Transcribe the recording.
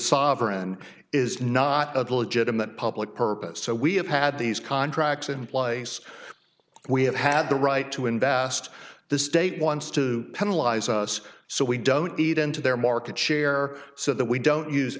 sovereign is not a legitimate public purpose so we have had these contracts in place we have had the right to invest the state wants to penalize us so we don't eat into their market share so that we don't use